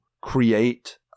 create